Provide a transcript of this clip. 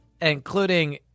including